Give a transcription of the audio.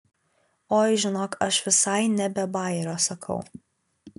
oi žinok aš visai ne be bajerio sakau